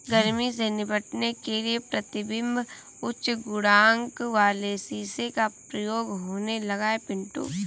गर्मी से निपटने के लिए प्रतिबिंब उच्च गुणांक वाले शीशे का प्रयोग होने लगा है पिंटू